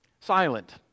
silent